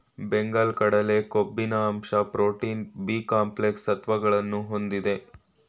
ಬೆಂಗಲ್ ಕಡಲೆ ಕೊಬ್ಬಿನ ಅಂಶ ಪ್ರೋಟೀನ್, ಬಿ ಕಾಂಪ್ಲೆಕ್ಸ್ ಸತ್ವಗಳನ್ನು ಹೊಂದಿದೆ